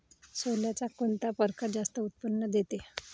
सोल्याचा कोनता परकार जास्त उत्पन्न देते?